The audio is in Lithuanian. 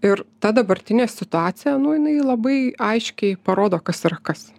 ir ta dabartinė situacija nu jinai labai aiškiai parodo kas yra kas